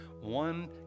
one